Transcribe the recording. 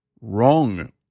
wrong